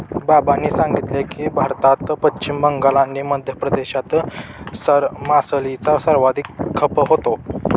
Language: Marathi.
बाबांनी सांगितले की, भारतात पश्चिम बंगाल आणि आंध्र प्रदेशात मासळीचा सर्वाधिक खप होतो